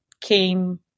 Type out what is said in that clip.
came